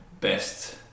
best